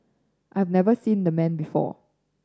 I have never seen the man before